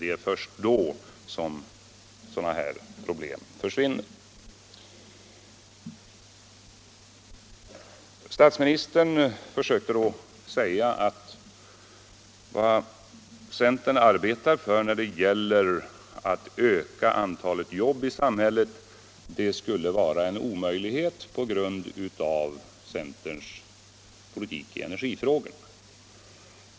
Det är först då som sådana här problem försvinner. Statsministern försökte säga att vad centern arbetar för när det gäller att öka antalet jobb i samhället skulle vara en omöjlighet på grund av centerns politik i energifrågan.